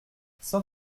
cent